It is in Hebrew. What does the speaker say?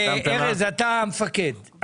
ארז אתה המפקד,